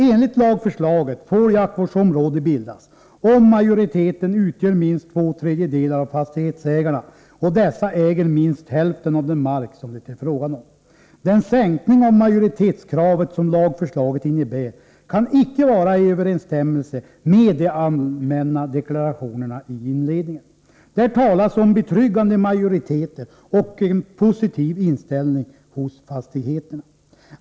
Enligt lagförslaget får jaktvårdsområde bildas, om majoriteten utgör minst två tredjedelar av fastighetsägarna och dessa äger minst hälften av den mark som det är frågan om. Den sänkning av majoritetskravet som lagförslaget innebär kan icke vara i överensstämmelse med de allmänna deklarationerna i inledningen. Där talas om betryggande majoriteter och positiv inställning hos fastighetsägarna.